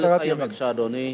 נא לסיים, אדוני.